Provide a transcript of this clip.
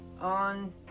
on